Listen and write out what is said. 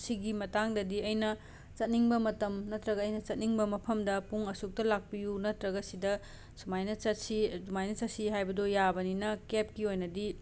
ꯁꯤꯒꯤ ꯃꯇꯥꯡꯗꯗꯤ ꯑꯩꯅ ꯆꯠꯅꯤꯡꯕ ꯃꯇꯝ ꯅꯠꯇ꯭ꯔꯒ ꯑꯩꯅ ꯆꯠꯅꯤꯡꯕ ꯃꯐꯝꯗ ꯄꯨꯡ ꯑꯁꯨꯛꯇ ꯂꯥꯛꯄꯤꯌꯨ ꯅꯠꯇ꯭ꯔꯒ ꯁꯤꯗ ꯁꯨꯃꯥꯏꯅ ꯆꯠꯁꯤ ꯑꯗꯨꯃꯥꯏꯅ ꯆꯠꯁꯤ ꯍꯥꯏꯕꯗꯣ ꯌꯥꯕꯅꯤꯅ ꯀꯦꯞꯀꯤ ꯑꯣꯏꯅꯗꯤ